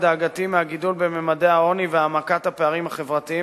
דאגתי מהגידול בממדי העוני והעמקת הפערים החברתיים,